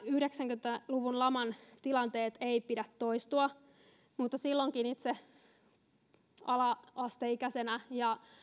yhdeksänkymmentä luvun laman tilanteiden ei pidä toistua itse oli silloin ala asteikäinen ja